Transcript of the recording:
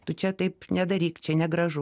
tu čia taip nedaryk čia negražu